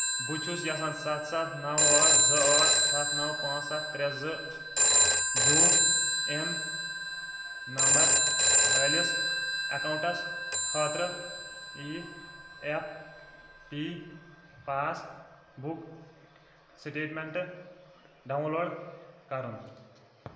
بہٕ چھُس یژھان سَتھ سَتھ نو ٲٹھ زٕ ٲٹھ سَتھ نو پانٛژھ سَتھ ترٛےٚ زٕ یوٗ اے اٮ۪ن نمبر وٲلِس اکاؤنٹس خٲطرٕ E P F passbook statement download کرُن